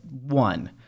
one